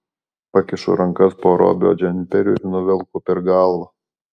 pakišu rankas po robio džemperiu ir nuvelku per galvą